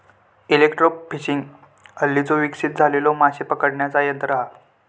electrofishing हल्लीच विकसित झालेला माशे पकडण्याचा तंत्र हा